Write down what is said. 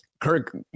Kirk